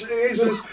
Jesus